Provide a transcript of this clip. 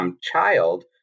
child